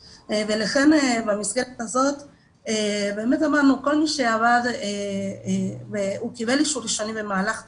לכן במסגרת הזו באמת אמרנו כל מי שעבד וקיבל אישור ראשוני במהלך תש"ף,